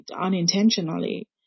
unintentionally